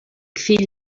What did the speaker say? fill